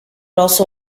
also